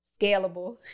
scalable